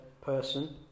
person